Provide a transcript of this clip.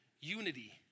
Unity